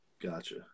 Gotcha